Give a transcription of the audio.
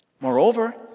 Moreover